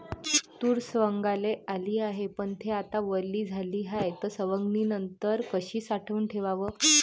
तूर सवंगाले आली हाये, पन थे आता वली झाली हाये, त सवंगनीनंतर कशी साठवून ठेवाव?